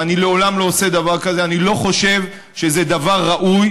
ואני לעולם לא עושה דבר כזה אני לא חושב שזה דבר ראוי